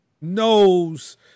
knows